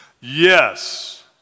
Yes